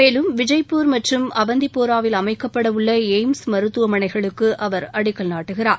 மேலும் விஜய்ப்பூர் மற்றும் அவந்திபுராவில் அமைக்கப்படவுள்ள எய்ம்ஸ் மருத்துவனைகளுக்கு அவர் அடிக்கல் நாட்டுகிறார்